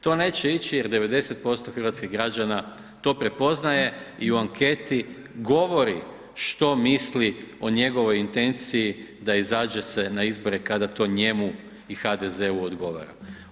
To neće ići jer 90% hrvatskih građana to prepoznaje i u anketi govori što misli o njegovoj intenciji da izađe se na izbore kada to njemu i HDZ-u odgovara.